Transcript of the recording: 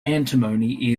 antimony